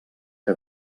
que